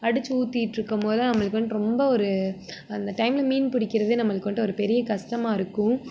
அடித்து ஊத்திகிட்ருக்கும்போதுதான் நம்மளுக்கு வந்துட்டு ரொம்ப ஒரு அந்த டைமில் மீன் பிடிக்கிறதே நம்மளுக்கு வந்துட்டு ஒரு பெரிய கஷ்டமா இருக்கும்